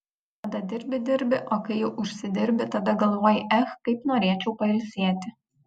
tada dirbi dirbi o kai jau užsidirbi tada galvoji ech kaip norėčiau pailsėti